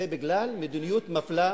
זה בגלל מדיניות מפלה,